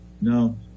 No